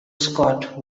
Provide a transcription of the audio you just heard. scott